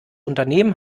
unternehmen